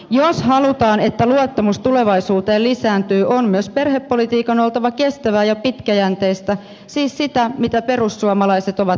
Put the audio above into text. jos halutaan että luottamus tulevaisuuteen lisääntyy on myös perhepolitiikan oltava kestävää ja pitkäjänteistä siis sitä mitä perussuomalaiset ovat vaatineet